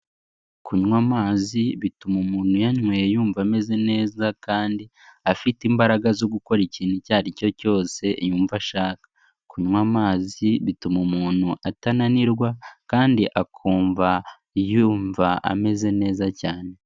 Kunywa amazi bituma umuntu uyanyweye yumva ameze neza kandi afite imbaraga zo gukora ikintu icyo ari cyo cyose yumva ashaka, kunywa amazi bituma umuntu atananirwa kandi akumva yumva ameze neza cyane.